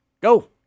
go